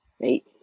right